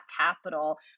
Capital